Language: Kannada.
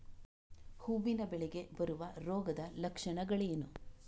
ಹೂವಿನ ಬೆಳೆಗೆ ಬರುವ ರೋಗದ ಲಕ್ಷಣಗಳೇನು?